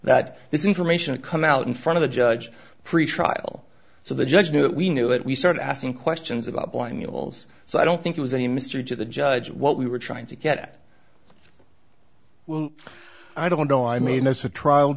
this information come out in front of the judge pretrial so the judge knew it we knew it we started asking questions about blind mules so i don't think it was any mystery to the judge what we were trying to get well i don't know i mean as a trial